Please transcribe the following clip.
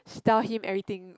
tell him everything